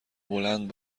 بلند